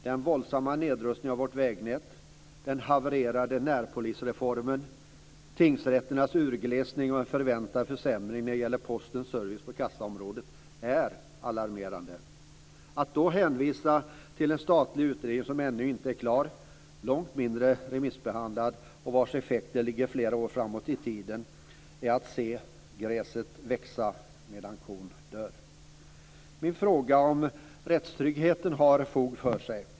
Den våldsamma nedrustningen av vårt vägnät, den havererade närpolisreformen, tingsrätternas urglesning och en förväntad försämring när det gäller postens service på kassaområdet är alarmerande. Att då hänvisa till en statlig utredning som ännu inte är klar, långt mindre remissbehandlad och vars effekter ligger flera år framåt i tiden är som att se gräset växa medan kon dör. Min fråga om rättstryggheten har fog för sig.